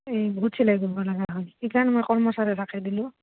এই বহুত চিলাই কৰিব লগা হয় সেইকাৰণে মই কৰ্মচাৰী ৰাখি দিলোঁ